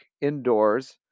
indoors